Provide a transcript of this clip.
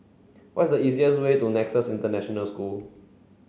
what is the easiest way to Nexus International School